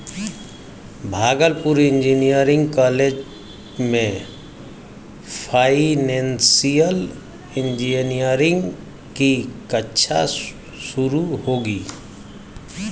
Bhagalpur engineering college में financial engineering की कक्षा शुरू होगी